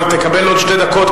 אבל תקבל עוד שתי דקות,